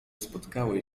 spotkały